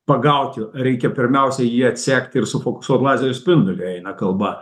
pagauti reikia pirmiausia jį atsekt ir sufokusuot lazerio spindulį eina kalba